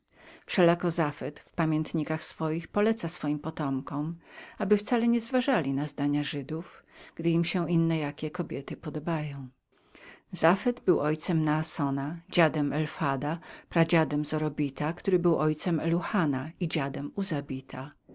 wszelako zafad w pamiętnikach swoich poleca swoim potomkom aby wcale nie zważali na zdania żydów gdy im się inne jakie kobiety podobają zafad był ojcem naassona dziadem elfada pradziadem zorobita który był ojcem eluhana i dziadem uzabila